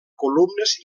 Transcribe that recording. columnes